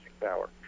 power